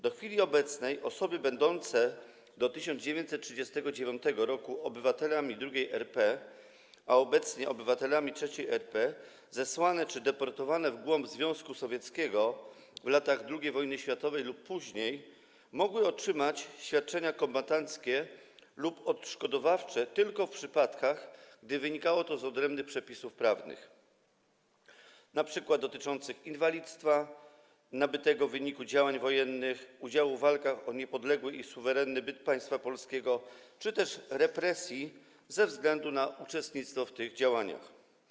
Do chwili obecnej osoby będące do 1939 r. obywatelami II RP, a obecnie obywatelami III RP, zesłane czy deportowane w głąb Związku Sowieckiego w latach II wojny światowej lub później, mogły otrzymać świadczenia kombatanckie lub odszkodowawcze tylko w przypadkach, gdy wynikało to z odrębnych przepisów prawnych, np. dotyczących inwalidztwa nabytego w wyniku działań wojennych, udziału w walkach o niepodległy i suwerenny byt państwa polskiego czy też represji ze względu na uczestnictwo w tych działaniach.